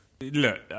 Look